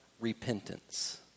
repentance